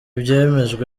byemejwe